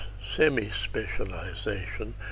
semi-specialization